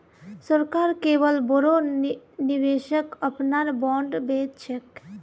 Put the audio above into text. सरकार केवल बोरो निवेशक अपनार बॉन्ड बेच छेक